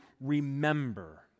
remember